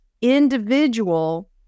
individual